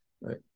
right